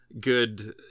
good